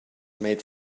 made